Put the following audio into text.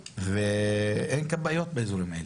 ואין כבאיות באזורים האלה.